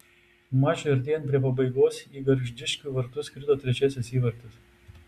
mačui artėjant prie pabaigos į gargždiškių vartus krito trečiasis įvartis